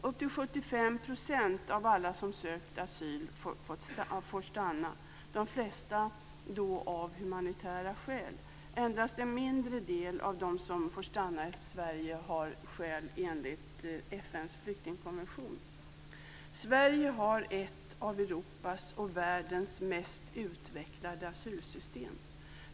Upp till 75 % av alla som sökt asyl får stanna, de flesta av humanitära skäl. Endast en mindre del av de som får stanna i Sverige har skäl enligt FN:s flyktingkonvention. Sverige har ett av Europas och världens mest utvecklade asylsystem.